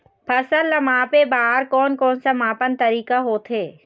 फसल ला मापे बार कोन कौन सा मापन तरीका होथे?